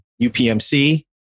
UPMC